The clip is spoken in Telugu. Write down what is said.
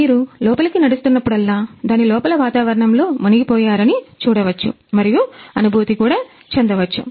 మీరు లోపలికి నడుస్తున్నప్పుడల్లా దాని లోపల తావరణంలో మునిగిపోయారని చూడవచ్చు మరియు అనుభూతి చెందవచ్చు